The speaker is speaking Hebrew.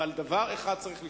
אבל דבר אחד צריך לשמור,